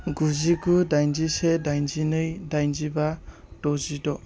गुजिगु दाइन जिसे दाइन जिनै दाइन जिबा द' जिद'